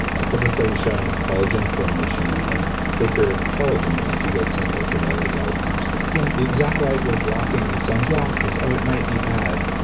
a couple of studies showing collagen formation and thicker collagen if you get some ultraviolet light on your skin. yeah the exact like we're blocking with sunscreen, because oh it might be bad.